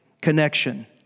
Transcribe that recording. Connection